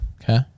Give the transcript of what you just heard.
Okay